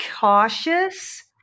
cautious